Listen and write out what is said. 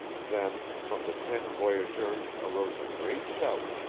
then from the ten voyageurs arose a great shout.